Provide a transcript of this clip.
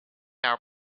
our